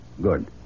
Good